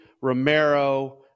Romero